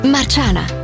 Marciana